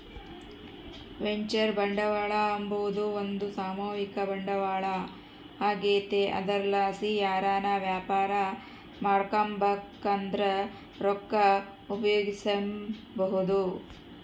venture ಬಂಡವಾಳ ಅಂಬಾದು ಒಂದು ಸಾಮೂಹಿಕ ಬಂಡವಾಳ ಆಗೆತೆ ಅದರ್ಲಾಸಿ ಯಾರನ ವ್ಯಾಪಾರ ಮಾಡ್ಬಕಂದ್ರ ರೊಕ್ಕ ಉಪಯೋಗಿಸೆಂಬಹುದು